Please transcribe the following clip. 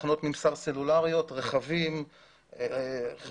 תחנות ממסר סלולריות, רכבים וכדומה.